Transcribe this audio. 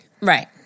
Right